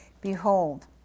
behold